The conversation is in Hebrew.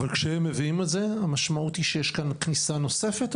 אבל כשהם מביאים את זה המשמעות היא שיש כאן כניסה נוספת?